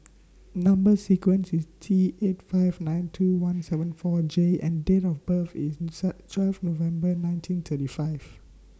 Number sequence IS T eight five nine two one seven four J and Date of birth IS twelve November nineteen thirty five